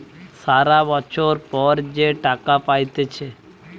সারা বছর পর যে টাকা পাইতেছে